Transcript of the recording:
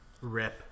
Rip